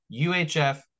UHF